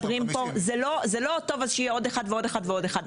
זה לא טוב שיהיה עוד אחד ועוד אחד ועוד אחד.